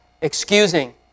excusing